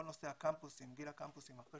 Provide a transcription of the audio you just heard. כל נושא הקמפוסים, גיל הקמפוסים, אחרי